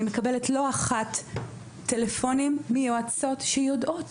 אני מקבלת לא אחת טלפונים מיועצות שיודעות,